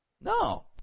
No